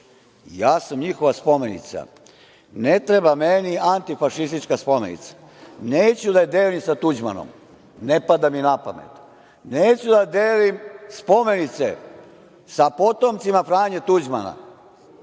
sam njihova spomenica. Ne treba meni antifašistička spomenica. Neću da je delim sa Tuđmanom, ne pada mi na pamet. Neću da delim spomenice sa potomcima Franje Tuđmana,